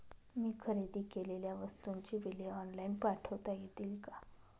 मी खरेदी केलेल्या वस्तूंची बिले ऑनलाइन पाठवता येतील का?